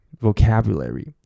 vocabulary